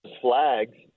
flags